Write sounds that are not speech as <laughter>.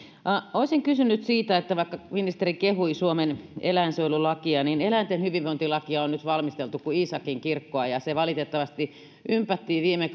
olisin kysynyt siitä että vaikka ministeri kehui suomen eläinsuojelulakia niin eläinten hyvinvointilakia on nyt valmisteltu kuin iisakinkirkkoa se valitettavasti ympättiin viime <unintelligible>